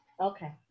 Okay